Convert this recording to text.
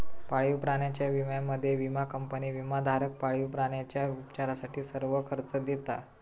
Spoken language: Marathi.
पाळीव प्राण्यांच्या विम्यामध्ये, विमा कंपनी विमाधारक पाळीव प्राण्यांच्या उपचारासाठी सर्व खर्च देता